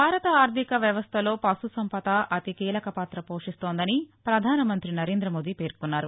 భారత ఆర్థిక వ్యవస్లలో పశుసంపద అతి కీలకపాత పోషిస్తోందని పధానమంత్రి నరేందమోదీ పేర్కొన్నారు